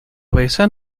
besan